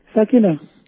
Sakina